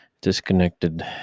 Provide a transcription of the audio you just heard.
disconnected